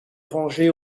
rangée